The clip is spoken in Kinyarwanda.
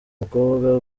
mukobwa